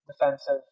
defensive